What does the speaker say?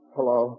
Hello